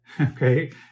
okay